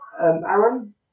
Aaron